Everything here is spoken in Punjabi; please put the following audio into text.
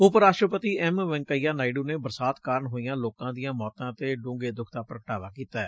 ਉਪ ਰਾਸਟਰਪਤੀ ਐਮ ਵੈ'ਕਈਆ ਨਾਇਡੂ ਨੇ ਬਰਸਾਤ ਕਾਰਨ ਹੋਈਆਂ ਲੋਕਾਂ ਦੀਆਂ ਮੌਤਾਂ ਤੇ ਡੂੰਘੇ ਦੁੱਖ ਦਾ ਪ੍ਰਗਟਾਵਾ ਕੀਤੈ